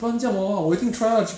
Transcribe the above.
又不是我们要躲